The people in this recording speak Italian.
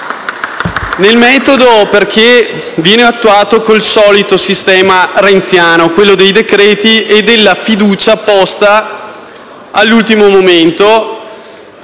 Nel metodo, perché viene attuata con il solito sistema "renziano" dei decreti-legge e della fiducia posta all'ultimo momento,